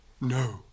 No